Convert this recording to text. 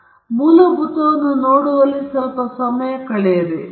ಆದ್ದರಿಂದ ಬೇಸಿಕ್ಸ್ ನೋಡುವಲ್ಲಿ ನಾವು ಸ್ವಲ್ಪ ಸಮಯವನ್ನು ಕಳೆಯೋಣ